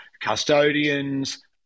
custodians